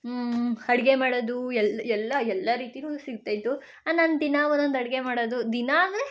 ಅಡ್ಗೆ ಮಾಡೋದು ಎಲ್ಲ ಎಲ್ಲ ರೀತಿನೂ ಸಿಗ್ತಾ ಇತ್ತು ನಾನು ದಿನಾ ಒಂದೊಂದು ಅಡಿಗೆ ಮಾಡೋದು ದಿನಾ ಅಂದರೆ